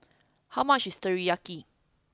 how much is Teriyaki